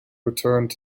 returned